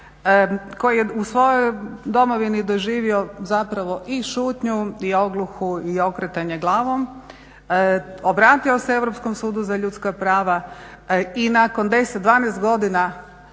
koji je u svojoj Domovini doživio zapravo i šutnju i ogluhu i okretanje glavom. Obratio se Europskom sudu za ljudska prava i nakon 10, 12 godina